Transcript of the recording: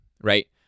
right